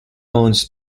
owns